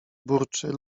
burczy